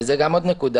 וזאת גם עוד נקודה,